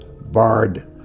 barred